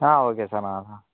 ஆ okay sir நான் ஆனால்